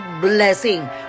blessing